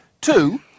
Two